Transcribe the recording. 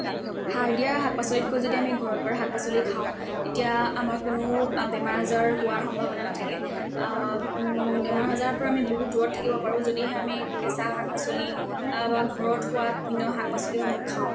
সাৰ দিয়াৰ শাক পাচলিতকৈ যদি আমি ঘৰত কৰা শাক পাচলি খাওঁ তেতিয়া আমাৰ কোনো বেমাৰ আজাৰ হোৱাৰ সম্ভাৱনা নাথাকে বেমাৰ আজাৰৰ পৰা আমি বহুত দূৰত থাকিব পাৰোঁ যদিহে আমি কেঁচা শাক পাচলি বা ঘৰত হোৱা বিভিন্ন শাক পাচলিসমূহ খাওঁ